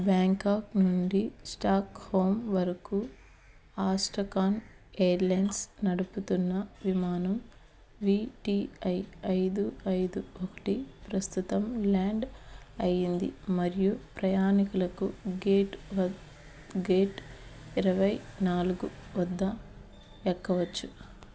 Bangkok నుండి Stockholm వరకు Astrakhan Airlines నడుపుతున్న విమానం వి టి ఐ ఐదు ఐదు ఒకటి ప్రస్తుతం ల్యాండ్ అయింది మరియు ప్రయాణికులకు గేట్ వ గేట్ ఇరవై నాలుగు వద్ద ఎక్కవచ్చు